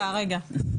לווייתן.